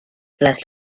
place